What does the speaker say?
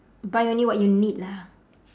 buy only what you need lah